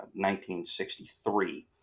1963